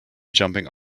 jumping